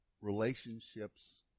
relationships